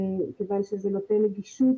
כיוון שזה נותן נגישות